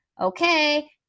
okay